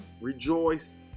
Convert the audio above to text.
rejoice